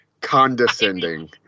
condescending